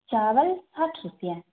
چاول ساٹھ روپیہ